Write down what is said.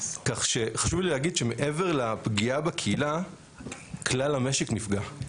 כך שחשוב לי להגיד שמעבר לפגיעה בקהילה כלל המשק נפגע.